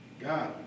God